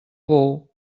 bou